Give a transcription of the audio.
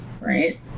right